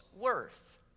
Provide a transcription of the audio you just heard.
worth